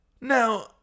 Now